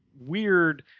weird